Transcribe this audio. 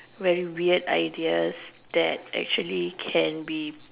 very weird ideas that actually can be